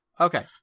Okay